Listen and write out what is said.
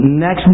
next